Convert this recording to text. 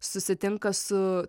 susitinka su